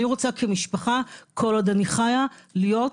אני רוצה כמשפחה כל עוד אני חייה, להיות